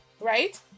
right